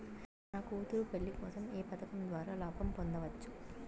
నా కూతురు పెళ్లి కోసం ఏ పథకం ద్వారా లాభం పొందవచ్చు?